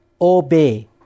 obey